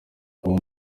aho